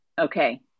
Okay